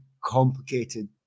complicated